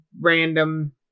random